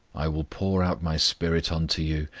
i will pour out my spirit unto you,